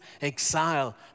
exile